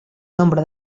nombre